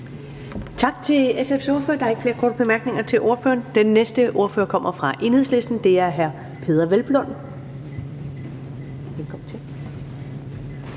Tak til SF's ordfører. Der er ikke flere korte bemærkninger til ordføreren. Den næste ordfører kommer fra Enhedslisten, og det er hr. Peder Hvelplund. Velkommen til.